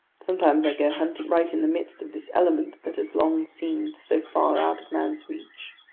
sometimes i go hunting right in the midst of this element that has long seemed so far out of man's reach,